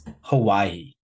Hawaii